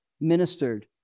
ministered